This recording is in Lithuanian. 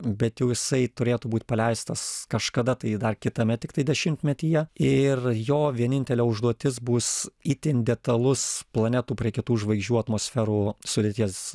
bet jau jisai turėtų būt paleistas kažkada tai dar kitame tiktai dešimtmetyje ir jo vienintelė užduotis bus itin detalus planetų prie kitų žvaigždžių atmosferų sudėties